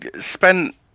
spent